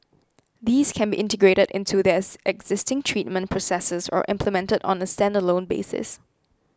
these can be integrated into their existing treatment processes or implemented on a stand alone basis